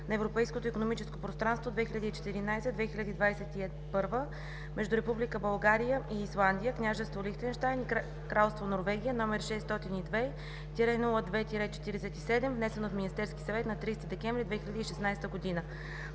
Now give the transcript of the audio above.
на Европейското икономическо пространство 2014 – 2021 между Република България и Исландия, Княжество Лихтенщайн и Кралство Норвегия, № 602-02-47, внесен от Министерския съвет на 30 декември 2016 г.